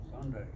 Sunday